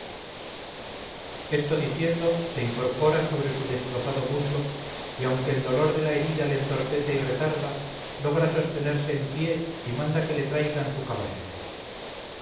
esto diciendo se incorpora sobre su destrozado muslo y aunque el dolor de la herida le entorpece y retarda logra sostenerse en pie y manda que le traigan su caballo